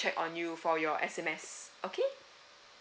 check on you for your S_M_S okay